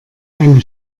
eine